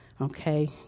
okay